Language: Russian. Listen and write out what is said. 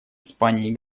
испании